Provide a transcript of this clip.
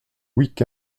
week